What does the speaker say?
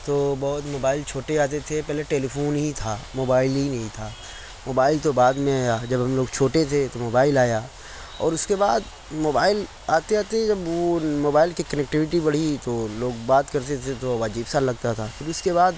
تو بہت موبائل چھوٹے آتے تھے پہلے ٹیلی فون ہی تھا موبائل ہی نہیں تھا موبائل تو بعد میں آ جب ہم لوگ چھوٹے تھے تو موبائل آیا اور اُس کے بعد موبائل آتے آتے جب وہ موبائل کی کنیکٹیوٹی بڑھی تو لوگ بات کرتے تھے تو عجیب سا لگتا تھا پھر اُس کے بعد